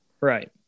Right